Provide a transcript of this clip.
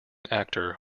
actor